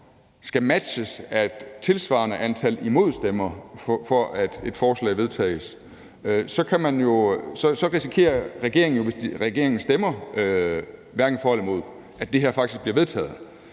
skal matches af et tilsvarende antal stemmer imod forslaget, for at et forslag vedtages, risikerer regeringen jo, hvis regeringen stemmer hverken for eller imod, at det her faktisk bliver vedtaget.